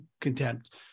contempt